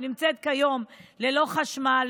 שנמצאת כיום ללא חשמל,